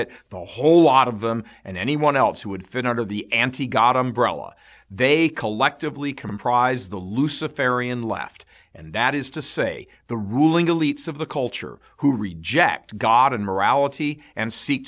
it the whole lot of them and anyone else who would fit under the anti god umbrella they collectively comprise the loose a fairy in left and that is to say the ruling elites of the culture who reject god and morality and seek